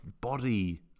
body